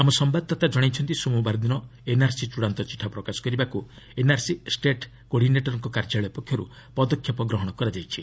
ଆମ ସମ୍ଭାଦଦାତା ଜଣାଇଛନ୍ତି ସୋମବାର ଦିନ ଏନ୍ଆର୍ସି ଚୃଡ଼ାନ୍ତ ଚିଠା ପ୍ରକାଶ କରିବାକୁ ଏନ୍ଆର୍ସି ଷ୍ଟେଟ୍ କୋଡିନେଟର୍କ କାର୍ଯ୍ୟାଳୟ ପକ୍ଷରୁ ପଦକ୍ଷେପ ଗ୍ରହଣ କରାଯାଇଛି